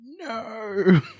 No